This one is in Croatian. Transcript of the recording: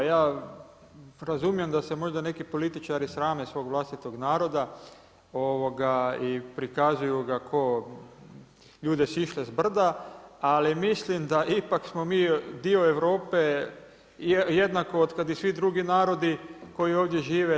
Ja razumijem da se možda neki političari srame svog vlastitog naroda i prikazuju ga kao ljude sišle s brda, ali mislim da ipak smo mi dio Europe jednako kao i od kada svi drugi narodi koji ovdje žive.